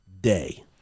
day